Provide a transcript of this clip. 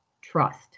trust